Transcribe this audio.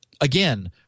again